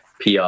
pr